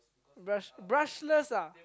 brush brushless ah